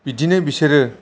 बिदिनो बिसोरो